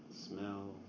smell